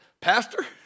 Pastor